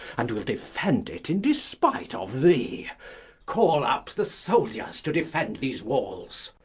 and will defend it in despite of thee call up the soldiers to defend these walls.